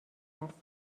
است